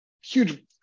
huge